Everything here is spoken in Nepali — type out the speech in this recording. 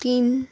तिन